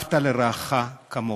"ואהבת לרעך כמוך"?